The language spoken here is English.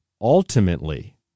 ultimately